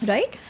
Right